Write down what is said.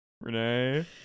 Renee